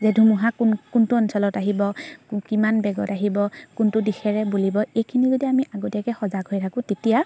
যে ধুমুহা কোন কোনটো অঞ্চলত আহিব কিমান বেগত আহিব কোনটো দিশেৰে বলিব এইখিনি যদি আমি আগতীয়াকৈ সজাগ হৈ থাকোঁ তেতিয়া